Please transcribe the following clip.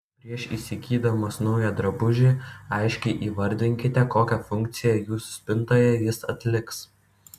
prieš įsigydamos naują drabužį aiškiai įvardinkite kokią funkciją jūsų spintoje jis atliks